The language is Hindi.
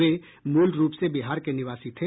वे मूल रूप से बिहार के निवासी थे